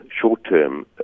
short-term